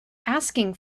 asking